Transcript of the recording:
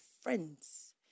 friends